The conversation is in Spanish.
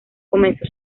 comenzó